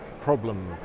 problem